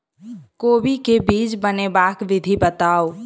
कोबी केँ बीज बनेबाक विधि बताऊ?